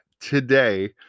today